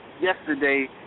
yesterday